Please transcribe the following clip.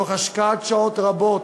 תוך השקעת שעות רבות,